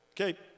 Okay